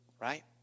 Right